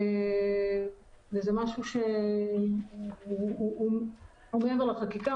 וזה משהו שהוא מעבר לחקיקה,